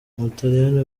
ubutaliyani